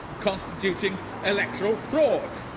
constituting electoral fraud.